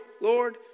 Lord